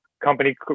company